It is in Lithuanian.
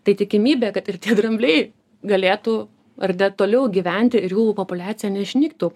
tai tikimybė kad ir tie drambliai galėtų ar ne toliau gyventi ir jų populiacija neišnyktų